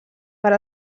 per